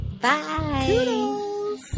Bye